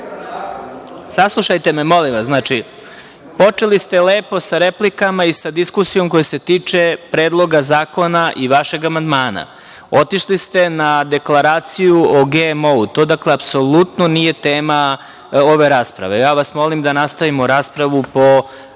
saslušajte me, ako možete. Počeli ste lepo sa replikama i sa diskusijom koja se tiče Predloga zakona i vašeg amandmana, a otišli ste na deklaraciju o GMO. To apsolutno nije tema ove rasprave. Ja vas molim da nastavimo raspravu po